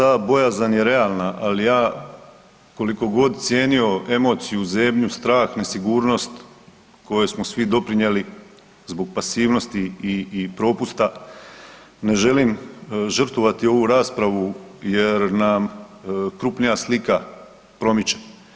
Na žalost ta bojazan je realna, ali ja koliko god cijenio emociju, zebnju, strah, nesigurnost kojoj smo svi doprinijeli zbog pasivnosti i propusta ne želim žrtvovati ovu raspravu jer nam krupnija slika promiče.